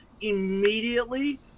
immediately